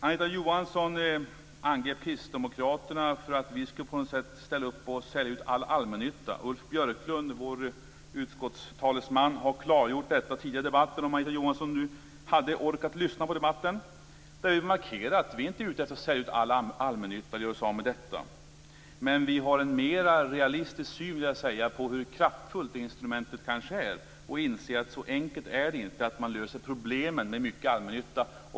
Anita Johansson angrep Kristdemokraterna för att vi på något sätt ställa upp på att sälja ut all allmännytta. Ulf Björklund, vår utskottstalesman, har klargjort detta tidigare i debatten, om nu Anita Johansson hade orkat lyssna på debatten. Vi har markerat att vi inte är ute efter att sälja ut all allmännytta och göra oss av med den, men vi har en mera realistisk syn, vill jag säga, på hur kraftfullt det instrumentet kanske är och inser att så enkelt är det inte att man löser problemen med mycket allmännytta.